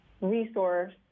resource